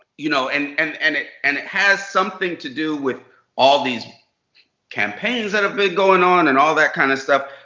you know and and and it and it has something to do with all these campaigns that have been going on. and all that kind of stuff.